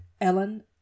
ellen